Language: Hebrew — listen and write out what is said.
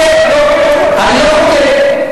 אני לא חוגג.